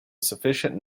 sufficient